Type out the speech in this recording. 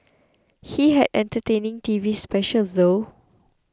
he had entertaining TV specials though